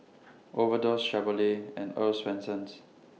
Overdose Chevrolet and Earl's Swensens